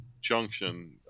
Junction